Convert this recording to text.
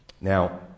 Now